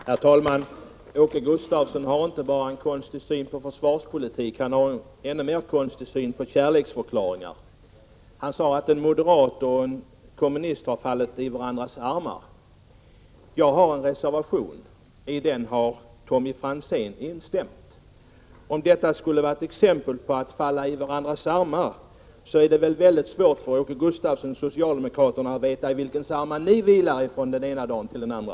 Herr talman! Åke Gustavsson har inte bara en konstig syn på försvarspolitik. Han har en ännu konstigare syn på kärleksförklaringar. Han sade att en | moderat och en kommunist har fallit i varandras armar. I Jag har avgivit en reservation. I denna har Tommy Franzén instämt. Om |— detta skulle vara ett exempel på att falla i varandras armar, så är det väl | mycket svårt för Åke Gustavsson och socialdemokraterna att veta i vilkas armar ni vilar från den ena dagen till den andra.